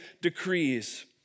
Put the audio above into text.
decrees